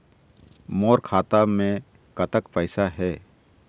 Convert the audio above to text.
मोर खाता मे कतक पैसा हे?